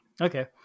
Okay